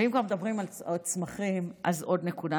ואם כבר מדברים על צמחים, אז עוד נקודה.